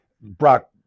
Brock